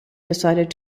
decided